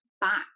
back